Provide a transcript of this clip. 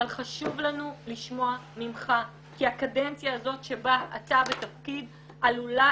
חשוב לנו לשמוע ממך כי הקדנציה הזאת שבה אתה בתפקיד עלולה